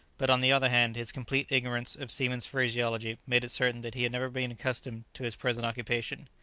but on the other hand his complete ignorance of seamen's phraseology made it certain that he had never been accustomed to his present occupation.